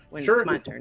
Sure